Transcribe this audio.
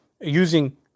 using